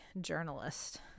journalist